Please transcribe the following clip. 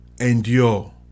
endure